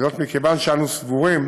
וזאת מכיוון שאנו סבורים